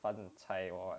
饭菜 or what